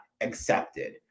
accepted